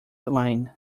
line